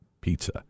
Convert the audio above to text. pizza